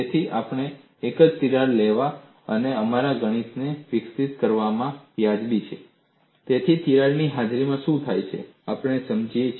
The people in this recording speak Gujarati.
તેથી આપણે એક જ તિરાડ લેવા અને અમારા ગણિતને વિકસિત કરવામાં વાજબી છીએ જેથી તિરાડની હાજરીમાં શું થાય છે તે આપણે સમજીએ